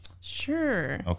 Sure